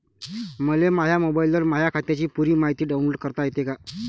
मले माह्या मोबाईलवर माह्या खात्याची पुरी मायती डाऊनलोड करता येते का?